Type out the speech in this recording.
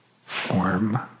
form